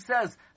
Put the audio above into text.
says